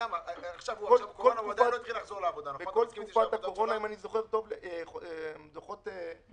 במקום שאלכס וכולנו היינו רוצים, אבל לפחות אנחנו